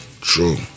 True